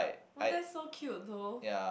oh that's so cute though